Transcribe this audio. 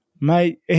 mate